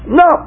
no